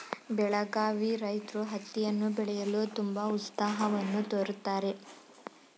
ಬೆಳಗಾವಿ ರೈತ್ರು ಹತ್ತಿಯನ್ನು ಬೆಳೆಯಲು ತುಂಬಾ ಉತ್ಸಾಹವನ್ನು ತೋರುತ್ತಾರೆ